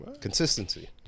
Consistency